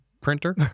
printer